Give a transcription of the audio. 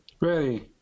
Ready